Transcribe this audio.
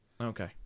Okay